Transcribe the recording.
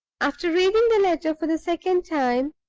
after reading the letter for the second time,